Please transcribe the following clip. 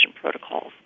protocols